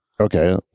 Okay